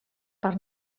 per